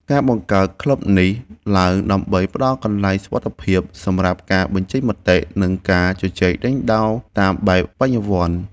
ការបង្កើតក្លឹបនេះឡើងដើម្បីផ្ដល់កន្លែងសុវត្ថិភាពសម្រាប់ការបញ្ចេញមតិ និងការជជែកដេញដោលតាមបែបបញ្ញវន្ត។